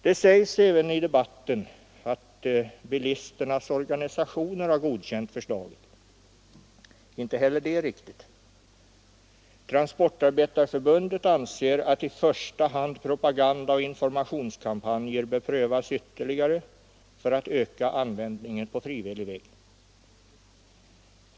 Det sägs även i debatten att bilisternas organisationer har godkänt förslaget. Inte heller det är riktigt. Transportarbetareförbundet anser att i första hand propagandaoch informationskampanjer bör prövas ytterligare för att öka användningen på frivillig väg.